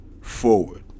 forward